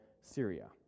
Syria